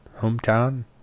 Hometown